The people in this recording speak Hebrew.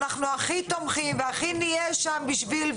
אנחנו הכי תומכים והכי נהיה שם בשביל,